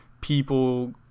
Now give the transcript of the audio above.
people